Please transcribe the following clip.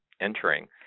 entering